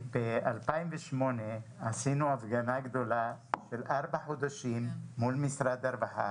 בשנת 2008 עשינו הפגנה גדולה שנמשכה ארבעה חודשים מול משרד הרווחה.